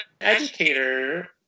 educator